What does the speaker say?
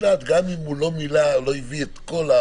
דעת גם אם הוא לא מילא או לא הביא את הכול.